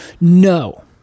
No